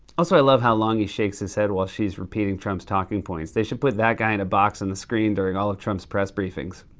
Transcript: also, i love how long he shakes his head while she's repeating trump's talking points. they should put that guy in a box on and the screen during all of trump's press briefings.